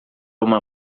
uma